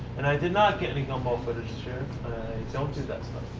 and i did not get any gumball footage, true. i don't do that stuff.